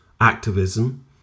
activism